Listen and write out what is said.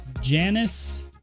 Janice